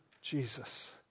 Jesus